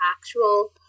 actual